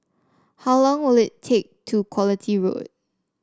how long will it take to Quality Road